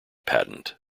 patent